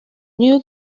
new